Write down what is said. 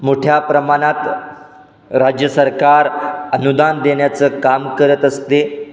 मोठ्या प्रमाणात राज्य सरकार अनुदान देण्याचं काम करत असते